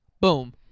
Boom